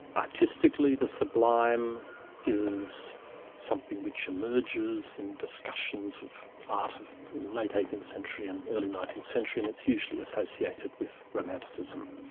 artistically the sublime is something which emerges in discussions of art of the late eighteenth century and early nineteenth century, and it's usually associated with romanticism,